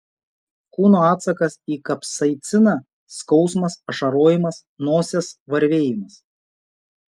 kūno atsakas į kapsaiciną skausmas ašarojimas nosies varvėjimas